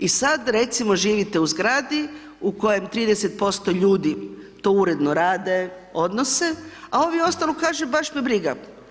I sada recimo živite u zgradi u kojem 30% ljudi to uredno rade, odnose, a ovi ostali kažu baš me briga.